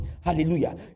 Hallelujah